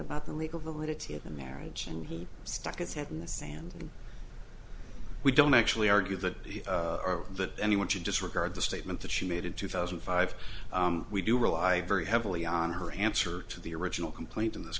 about the legal validity of the marriage and he stuck his head in the sand we don't actually argue that or that anyone should disregard the statement that she made in two thousand and five we do rely very heavily on her answer to the original complaint in this